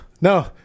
no